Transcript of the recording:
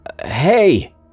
Hey